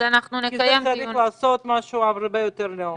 כי צריך לעשות משהו הרבה יותר לעומק.